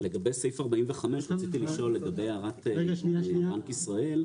לגבי סעיף 45, רציתי לשאול להערת בנק ישראל.